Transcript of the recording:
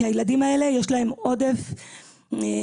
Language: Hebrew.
כי לילדים האלה יש עודף אנרגיות,